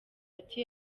ati